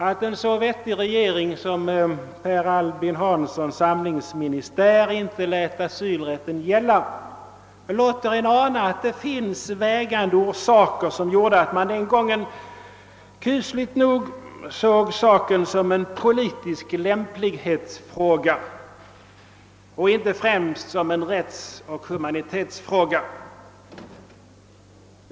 Att en så vettig regering som Per Albin Hanssons samlingsministär inte lät asylrätten gälla låter en ana att det fanns vägande skäl som gjorde att man den gången kusligt nog »såg saken som en politisk lämplig hetsfråga och inte främst som en rättsoch humanitetsfråga».